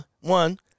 One